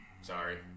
Sorry